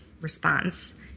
response